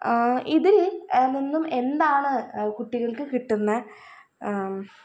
ഇതിൽ നിന്നും എന്താണ് കുട്ടികൾക്ക് കിട്ടുന്നത്